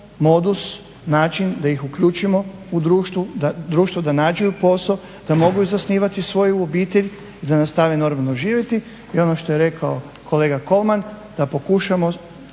modus, način da ih uključimo u društvu da nađu posao, da mogu zasnivati svoju obitelj i da nastave normalno živjeti. I ono što je rekao kolega Kolman da pokušamo